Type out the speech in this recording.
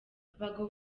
abagabo